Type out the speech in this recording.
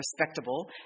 respectable